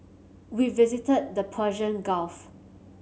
we visited the Persian Gulf